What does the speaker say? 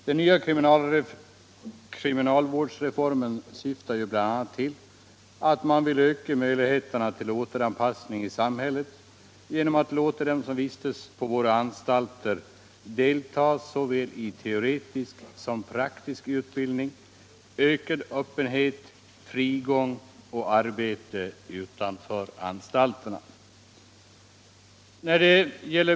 Den nya kriminalvårdsreformen syftar bl.a. till att öka möjligheterna till återanpassning i samhället genom att låta dem som vistas på våra anstalter delta i såväl teoretisk som praktisk utbildning med ökad öppenhet, frigång och arbete utanför anstalterna.